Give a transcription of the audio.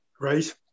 Great